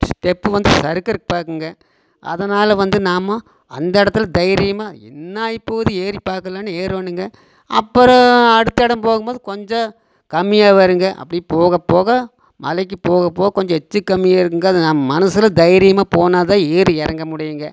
step வந்து சறுக்குறதுக்கு பார்க்குங்க அதனால வந்து நாம் அந்த இடத்துல தைரியமாக என்னாயிட போகுது ஏறி பாக்கலாம்னு ஏறணுங்க அப்புறம் அடுத்த இடம் போகும்போது கொஞ்சம் கம்மியாக வரும்ங்க அப்படி போகப்போக மலைக்கு போகப்போக கொஞ்சம் எட்ஜி கம்மியாக இருக்கும்ங்க அது நாம் மனசில் தைரியமாக போனால் தான் ஏறி இறங்க முடியும்ங்க